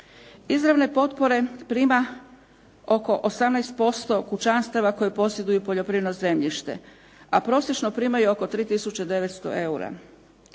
Izravne potpore prima oko 18% kućanstava koje posjeduju poljoprivredno zemljište, a prosječno primaju oko 3 tisuće